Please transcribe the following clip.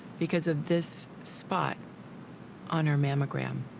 because of this spot on her mammogram.